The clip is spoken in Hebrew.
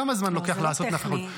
כמה זמן לוקח לעשות נסחות?